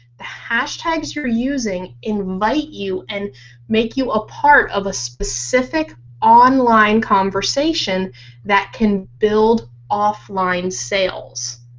the hashtags you're using invite you and make you a part of a specific online conversation that can build off-line sales.